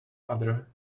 other